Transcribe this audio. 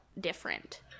different